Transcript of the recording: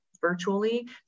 virtually